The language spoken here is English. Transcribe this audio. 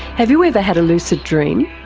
have you ever had a lucid dream?